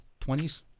20s